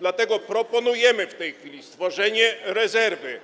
Dlatego proponujemy w tej chwili stworzenie rezerwy,